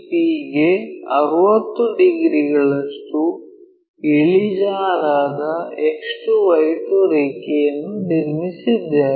P ಗೆ 60 ಡಿಗ್ರಿಗಳಷ್ಟು ಇಳಿಜಾರಾದ X2 Y2 ರೇಖೆಯನ್ನು ನಿರ್ಮಿಸಿದ್ದೇವೆ